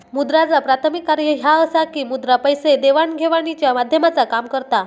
मुद्राचा प्राथमिक कार्य ह्या असा की मुद्रा पैसे देवाण घेवाणीच्या माध्यमाचा काम करता